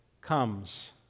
comes